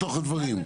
בגלל הקורונה.